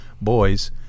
boys